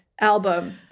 album